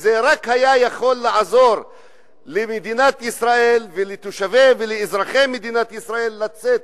וזה רק היה יכול לעזור למדינת ישראל ולתושבים ולאזרחי מדינת ישראל לצאת,